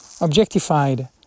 Objectified